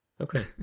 okay